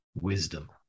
wisdom